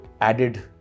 added